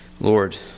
Lord